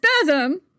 Spasm